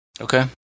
Okay